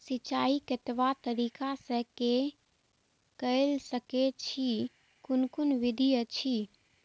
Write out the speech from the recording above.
सिंचाई कतवा तरीका स के कैल सकैत छी कून कून विधि अछि?